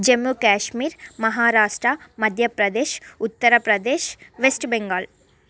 Jammu Kashmir Maharashtra Madhya Pradesh Uttar Pradesh West Bengal